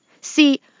See